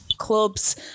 clubs